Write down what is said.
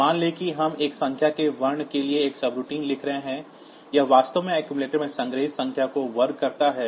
मान लें कि हम एक संख्या के वर्ग के लिए एक सबरूटीन लिख रहे हैं यह वास्तव में अक्सुमुलेटर में संग्रहीत संख्या को वर्ग करता है